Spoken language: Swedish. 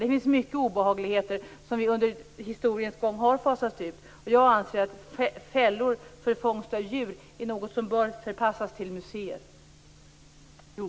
Det är ju många obehagligheter som under historiens gång har fasats ut och jag anser att fällor för fångst av djur är något som bör förpassas till museer.